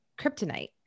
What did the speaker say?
kryptonite